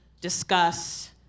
discuss